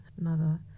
mother